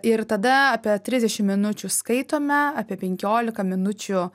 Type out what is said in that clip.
ir tada apie trisdešim minučių skaitome apie penkiolika minučių